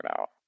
out